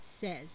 says